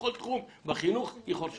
בכל תחום בחינוך היא חור שחור.